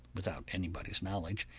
without anybody's knowledge,